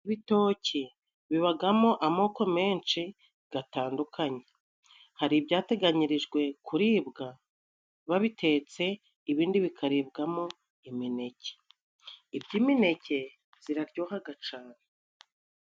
Ibitoki bibagamo amoko menshi gatandukanye hari ibyateganyirijwe kuribwa babitetse, ibindi bikaribwamo imineke iby'imineke ziraryohaga cane.